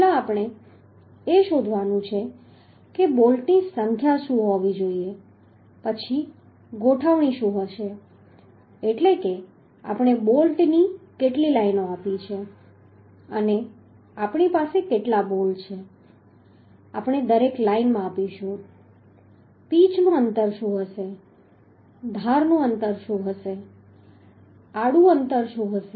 પહેલા આપણે એ શોધવાનું છે કે બોલ્ટની સંખ્યા શું હોવી જોઈએ પછી ગોઠવણ શું હશે એટલે કે આપણે બોલ્ટની કેટલી લાઈનો આપી છે અને આપણી પાસે કેટલા બોલ્ટ છે આપણે દરેક લાઈનમાં આપીશું પીચ નું અંતર શું હશે ધારનું અંતર શું હશે આડું અંતર શું હશે